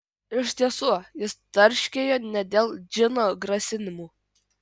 iš tiesų jis tarškėjo ne dėl džino grasinimų